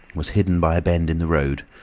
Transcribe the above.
was hidden by a bend in the road,